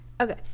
okay